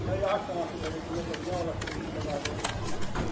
नहीं आग कहाँ से भरेगी वो बढ़िया वाला सी एन जी लगा होगा न उसमें